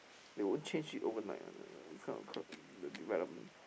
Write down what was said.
they won't change it overnight one uh this kind of k~ the development